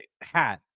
hat